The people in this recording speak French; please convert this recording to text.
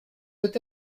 peut